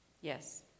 Yes